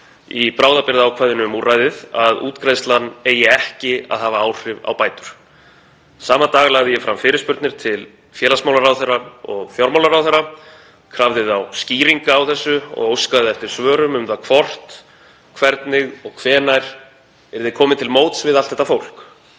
í bráðabirgðaákvæðinu um úrræðið að útgreiðslan eigi ekki að hafa áhrif á bætur. Sama dag lagði ég fram fyrirspurnir til félagsmálaráðherra og fjármálaráðherra, krafði þá skýringa á þessu og óskaði eftir svörum um það hvort, hvernig og hvenær komið yrði til móts við allt þetta fólk.